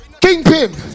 Kingpin